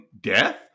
death